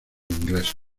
ingleses